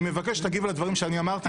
אני מבקש שתגיב על הדברים שאני אמרתי.